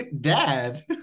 dad